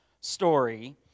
story